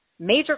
Major